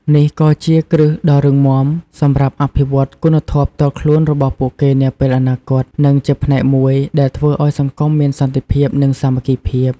នេះក៏ជាគ្រឹះដ៏រឹងមាំសម្រាប់អភិវឌ្ឍគុណធម៌ផ្ទាល់ខ្លួនរបស់ពួកគេនាពេលអនាគត និងជាផ្នែកមួយដែលធ្វើឱ្យសង្គមមានសន្តិភាព និងសាមគ្គីភាព។